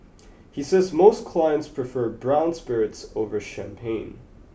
he says most clients prefer brown spirits over champagne